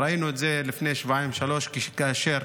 ראינו את זה לפני שבועיים-שלושה, כאשר